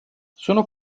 sono